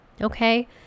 Okay